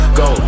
go